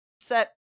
set